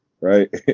right